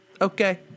okay